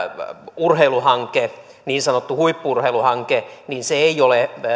urheiluhanke niin sanottu huippu urheiluhanke ei ole